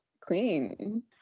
clean